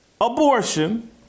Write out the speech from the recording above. abortion